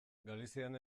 galizian